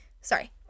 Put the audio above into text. sorry